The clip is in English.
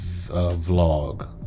Vlog